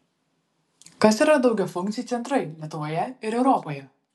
kas yra daugiafunkciai centrai lietuvoje ir europoje